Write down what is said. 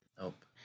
Nope